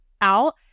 out